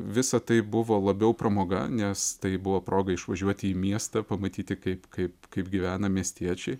visa tai buvo labiau pramoga nes tai buvo proga išvažiuoti į miestą pamatyti kaip kaip kaip gyvena miestiečiai